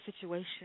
situation